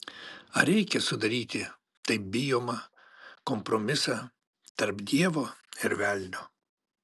ar reikia sudaryti taip bijomą kompromisą tarp dievo ir velnio